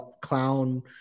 clown